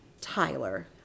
Tyler